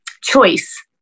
choice